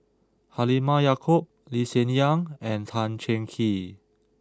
Halimah Yacob Lee Hsien Yang and Tan Cheng Kee